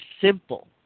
simple